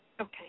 Okay